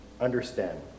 understand